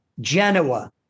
Genoa